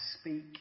speak